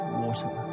water